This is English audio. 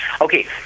Okay